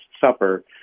Supper